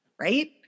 right